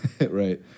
Right